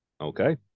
Okay